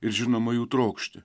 ir žinoma jų trokšti